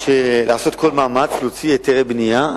לעשות כל מאמץ להוציא היתרי בנייה.